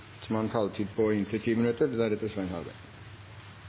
ordet, har en taletid på inntil 3 minutter.